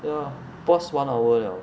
ya past one hour 了